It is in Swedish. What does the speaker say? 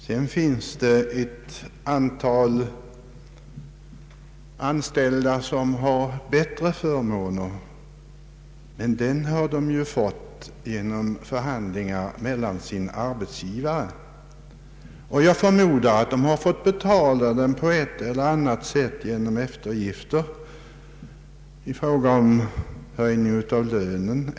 Sedan finns det ett antal anställda som har bättre förmåner, men dessa förmåner har de ju fått efter förhandlingar med arbetsgivaren. Jag förmodar att de har fått betala de bättre förmånerna på ett eller annat sätt, bl.a. genom eftergifter när det gällt höjning av lönen.